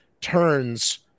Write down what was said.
turns